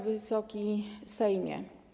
Wysoki Sejmie!